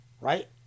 right